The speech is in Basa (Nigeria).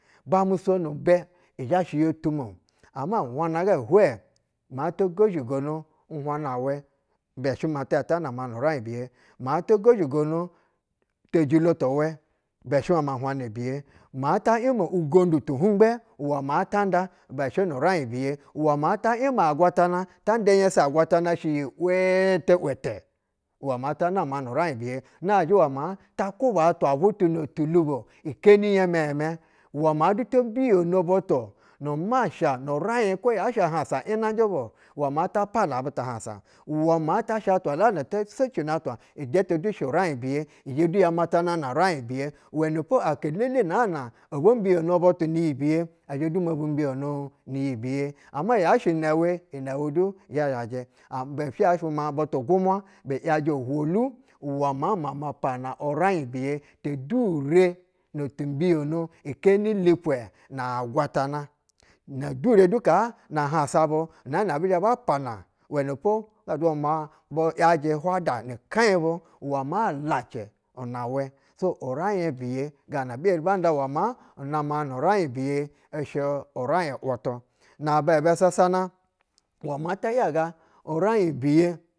Bamu so ni bɛ, izhashɛ yo tumo ama uhwana ga hwɛ maa to gozhigono uhwana wɛ ibɛ shɛ ti zhɛ ta nama nu raiɧ biye, maa to gozhigono tejilo tuwɛ ibɛ shɛ nu raiɧ biye, ti yima agwatana, tanƌa anyɛsɛ agwatana shɛ yi ‘wɛɛtu, kwɛtu uwɛ maa to nama nu raiɧ biye. Nazhɛ uwɛ maa ta kwuba atwa uwɛ tu no tulubo keni yɛmɛyɛmɛ, maa du to mbigono butu nu masha mu raiɧ be tahɛɧ inanjɛ butu uwɛ maa ta pana bu ohansa. Uwɛ maa ta sha atwa mana to socino atwa ijɛtɛ du shɛ raiɧ biye izhɛdu ya matanana uraiɧ biye uwɛnɛpo akalele naana obo mbiyono butu ni yibiye, zhɛ du mo bu mbiyono ni yi biye. Ama yashɛ inɛ wɛ, inɛ wɛ du zhɛ zhajɛ, kwo yashɛ butu gumwa bi yajɛ ohwolu uwɛ mde ma ma pana uraiɧ biye tedune notinibiyono keni lipwɛ na agwatana, na duredu kaa na ahausa bu naana ɛbi zhɛ ba pana uwɛnɛpo ishɛ ma bu yajɛ hwaƌa kɛiy bu uwɛ maa lacɛ au wɛ. Uraiɧ biye, gana bi eri banda maa unamo nuraiɧ biye nghɛ maiɧ wutu. Nababɛ sasana uwɛ maata yaga uraiɧ biye.